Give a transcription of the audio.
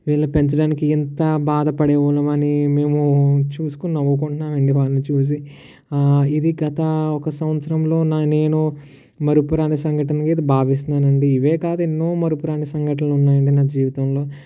వీళ్ళ పెంచటానికి ఇంత బాధ పడే వాళ్ళమా అని మేము చూసుకుని నవ్వుకుంటున్నాం అండి వాన్ని చూసి ఇది గత ఒక సంవత్సరంలో నా నేను మరుపురాని సంఘటనగా ఇది భావిస్తున్నాను అండి ఇవేకాదు ఎన్నో మరుపురాని సంఘటనలు ఉన్నాయి అండి నా జీవితంలో